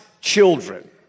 children